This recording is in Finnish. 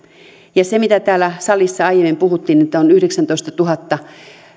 ja se mitä täällä salissa aiemmin puhuttiin että on yhdeksäntoistatuhatta